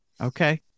Okay